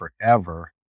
forever